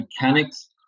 mechanics